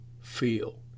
feel